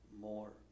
more